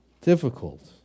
difficult